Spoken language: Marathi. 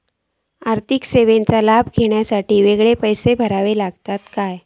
आर्थिक सेवेंचो लाभ घेवच्यासाठी वेगळे पैसे भरुचे लागतत काय?